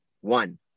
one